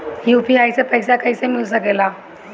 UPI से पइसा कईसे मिल सके ला?